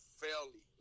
fairly